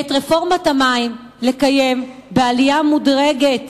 ואת רפורמת המים לקיים בעלייה מודרגת